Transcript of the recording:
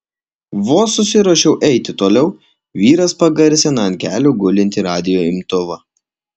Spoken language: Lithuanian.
vos susiruošiu eiti toliau vyras pagarsina ant kelių gulintį radijo imtuvą